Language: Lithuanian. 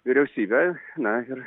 vyriausybę na ir